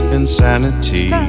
insanity